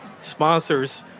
sponsors